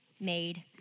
Made